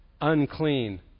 unclean